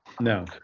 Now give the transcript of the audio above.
no